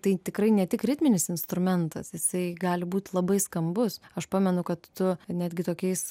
tai tikrai ne tik ritminis instrumentas jisai gali būt labai skambus aš pamenu kad tu netgi tokiais